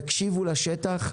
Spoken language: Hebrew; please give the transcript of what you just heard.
יקשיבו לשטח.